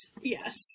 Yes